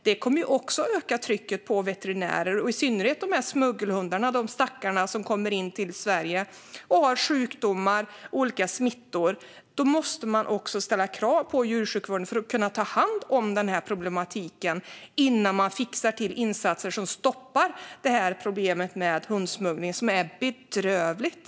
Detta kommer också att öka trycket på veterinärerna, i synnerhet när det gäller de stackars smuggelhundar som kommer till Sverige och har sjukdomar och olika smittor. Då måste man ställa krav på att djursjukvården ska kunna ta hand om denna problematik, innan man fixar till insatser för att stoppa problemet med hundsmuggling, som är bedrövligt.